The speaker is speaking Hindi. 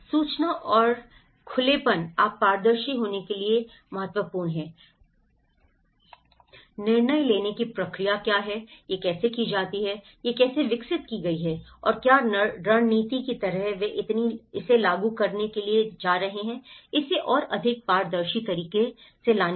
सूचना और सूचना और खुलेपन आप पारदर्शी होने के लिए है लाने ले आओ क्या निर्णय लेने की प्रक्रिया है यह कैसे किया जाता है यह कैसे विकसित किया गया है और क्या रणनीति की तरह वे इतनी लागू करने के लिए जा रहे हैं इसे और अधिक पारदर्शी तरीके लाने के लिए